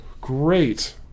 Great